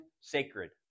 sacred